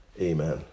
Amen